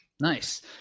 Nice